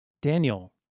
Daniel